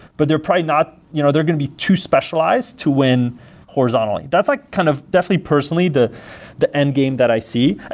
but they're probably not you know they're going to be too specialized to win horizontally. that's like kind of definitely personally the the endgame that i see.